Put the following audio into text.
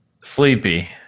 Sleepy